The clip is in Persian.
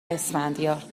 اسفندیار